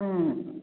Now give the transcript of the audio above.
ꯎꯝ